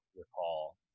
recall